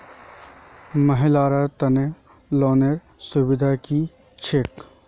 महिलार तने लोनेर सुविधा की की होचे?